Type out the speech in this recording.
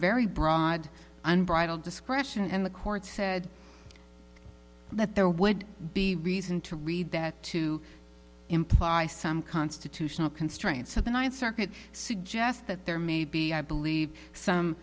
very broad unbridled discretion and the court said that there would be reason to read that to imply some constitutional constraints of the ninth circuit suggest that there may be i believe some